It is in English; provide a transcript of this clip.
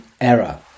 error